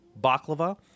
baklava